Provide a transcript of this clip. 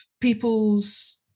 people's